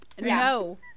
no